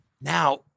Now